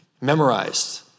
memorized